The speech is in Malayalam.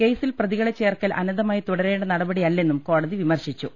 കേസിൽ പ്രതികളെ ചേർക്കൽ അനന്തമായി തുടരേണ്ട നടപടിയല്ലെന്നും കോടതി വിമർശിച്ചു